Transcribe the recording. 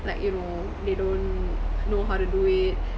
like you know they don't know how to do it